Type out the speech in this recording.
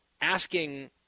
asking